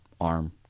arm